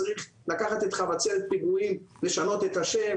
צריך לקחת את חבצלת פיגועים לשנות את השם,